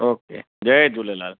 okay जय झूलेलाल